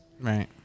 right